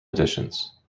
editions